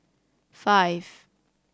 five